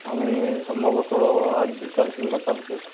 আমি সম্ভবত আজ বিকেল কিংবা কালকে